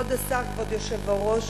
כבוד השר, כבוד היושב-ראש,